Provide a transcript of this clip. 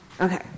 Okay